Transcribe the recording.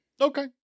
Okay